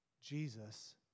Jesus